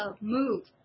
Move